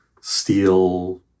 steel